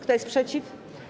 Kto jest przeciw?